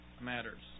matters